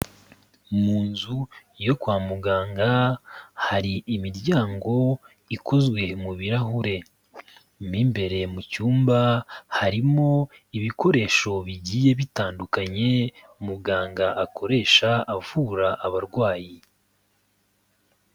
Mu nzu yo kwa muganga hari imiryango ikozwe mu birahure, mo imbere mu cyumba harimo ibikoresho bigiye bitandukanye umuganga akoresha avura abarwayi.